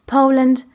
Poland